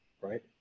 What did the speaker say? Right